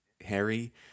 Harry